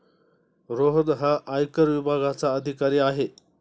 रोहन हा आयकर विभागाचा अधिकारी आहे